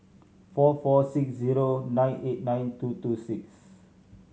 four four six zero nine eight nine two two six